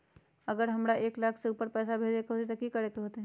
अगर हमरा एक लाख से ऊपर पैसा भेजे के होतई त की करेके होतय?